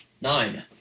Nine